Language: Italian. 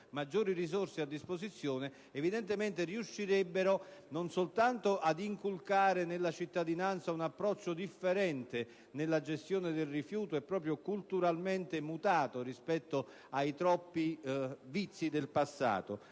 maggiori risorse a disposizione, riuscirebbero non soltanto ad inculcare nella cittadinanza un approccio differente nella gestione del rifiuto, e culturalmente mutato rispetto ai troppi vizi del passato,